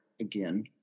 again